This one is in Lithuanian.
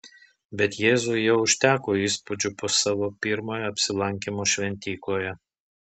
bet jėzui jau užteko įspūdžių po savo pirmojo apsilankymo šventykloje